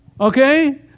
Okay